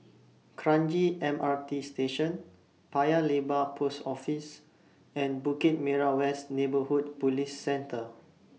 Kranji M R T Station Paya Lebar Post Office and Bukit Merah West Neighbourhood Police Centre